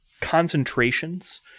concentrations